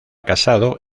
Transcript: casado